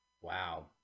Wow